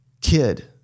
kid